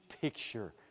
picture